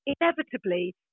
inevitably